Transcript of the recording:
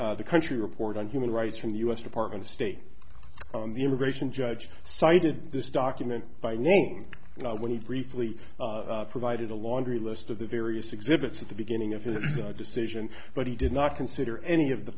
is the country report on human rights from the us department of state the immigration judge cited this document by name when he briefly provided a laundry list of the various exhibits at the beginning of his decision but he did not consider any of the